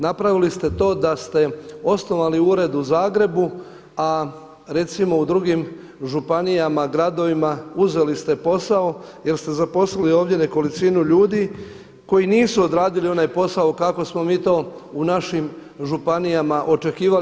Napravili ste to da ste osnovali ured u Zagrebu a recimo u drugim županijama, gradovima uzeli ste posao jer ste zaposlili ovdje nekolicinu ljudi koji nisu odradili onaj posao kako smo mi to u našim županijama očekivali.